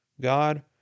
God